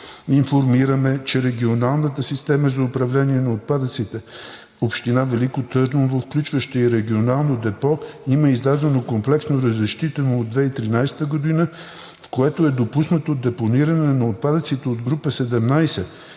Информираме, че Регионалната система за управление на отпадъците – община Велико Търново, включваща и регионално депо има издадено комплексно разрешително от 2013 г., в което е допуснато депониране на отпадъците от група 17